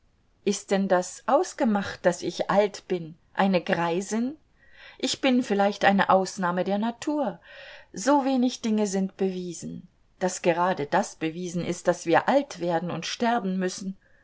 ist denn das ausgemacht daß ich alt bin eine greisin ich bin vielleicht eine ausnahme der natur so wenig dinge sind bewiesen daß gerade das bewiesen ist daß wir alt werden und sterben müssen